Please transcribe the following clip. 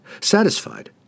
Satisfied